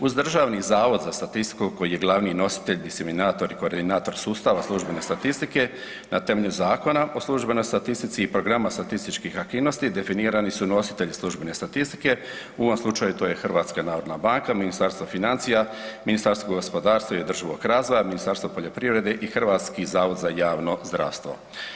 Uz Državni zavod za statistiku koji je glavni nositelj, diseminator i koordinator sustava službene statistike na temelju Zakona o službenoj statistici i programa statističkih aktivnosti definirani su nositelji službene statistike, u ovom slučaju to je HNB, Ministarstvo financija, Ministarstvo gospodarstva i održivog razvoja, Ministarstvo poljoprivrede i HZJZ.